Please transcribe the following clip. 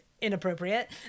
inappropriate